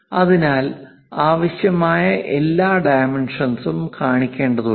അതിനാൽ ആവശ്യമായ എല്ലാ ഡൈമെൻഷനും കാണിക്കേണ്ടതുണ്ട്